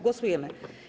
Głosujemy.